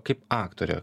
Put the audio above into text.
kaip aktorę